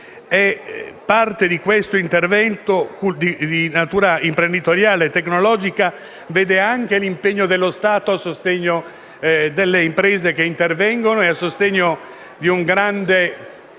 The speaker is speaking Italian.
parte di questo intervento di natura imprenditoriale e tecnologico vede anche l'impegno dello Stato a sostegno delle imprese che intervengono e a sostegno di una grande